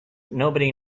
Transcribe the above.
nobody